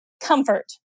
comfort